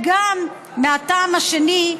והטעם השני,